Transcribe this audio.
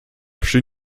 przy